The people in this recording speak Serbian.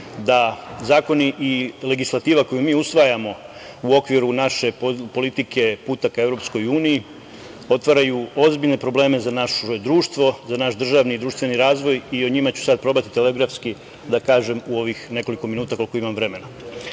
da zakoni i legislativa koju mi usvajamo u okviru naše politike puta ka EU, otvaraju ozbiljne probleme za naše društvo, za naš državni i društveni razvoj i o njima ću sada probati telegrafski da kažem, u ovih nekoliko minuta, koliko imam vremena. Pre